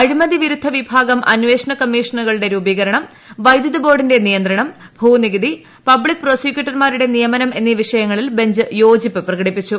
അഴിമതി വിരുദ്ധ വിഭാഗം അന്വേഷണ കമ്മീഷനുകളുടെ രൂപീകരണം വൈദ്യുതി ബോർഡിന്റെ നിയന്ത്രണം പബ്ലിക് ഭൂനികുതി പ്രോസിക്യൂട്ടർമാരുടെ നിയമനം എന്നീ വിഷയങ്ങളിൽ ബഞ്ച് യോജിപ്പ് പ്രകടിപ്പിച്ചു